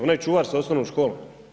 Onaj čuvar s osnovnom školom?